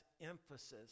emphasis